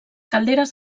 calderes